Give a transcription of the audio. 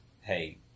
hey